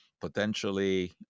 potentially